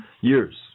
Years